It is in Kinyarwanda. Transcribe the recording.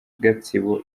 gatsibo